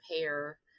pair